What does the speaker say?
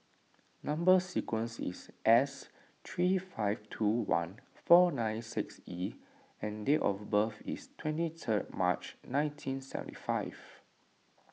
Number Sequence is S three five two one four nine six E and date of birth is twenty third March nineteen seventy five